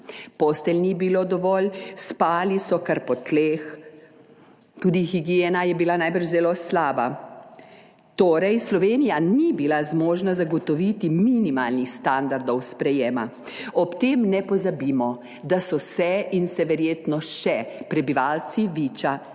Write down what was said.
Postelj ni bilo dovolj, spali so kar po tleh, tudi higiena je bila najbrž zelo slaba. Torej Slovenija ni bila zmožna zagotoviti minimalnih standardov sprejema. Ob tem ne pozabimo, da so se in se verjetno še prebivalci Viča ne